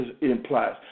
implies